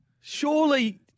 Surely